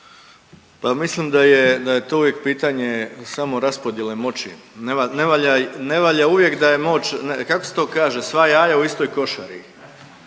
da je, da je to uvijek pitanje samo raspodjele moći. Ne valja uvijek da je moć, kako se to kaže sva jaja u istoj košari,